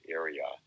area